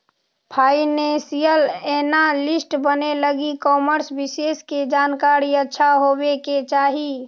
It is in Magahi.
फाइनेंशियल एनालिस्ट बने लगी कॉमर्स विषय के जानकारी अच्छा होवे के चाही